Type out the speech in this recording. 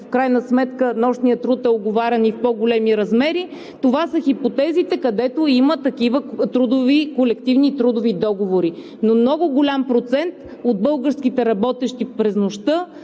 в крайна сметка нощният труд е уговарян и в по-големи размери. Това са хипотезите, където има такива колективни трудови договори, но много голям процент от българите, работещи през нощта,